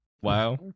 Wow